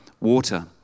water